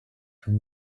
from